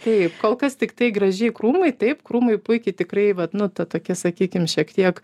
taip kol kas tiktai gražiai krūmai taip krūmai puikiai tikrai vat nu ta tokia sakykim šiek tiek